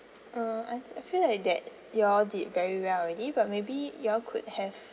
uh I I feel like that you all did very well already but maybe you all could have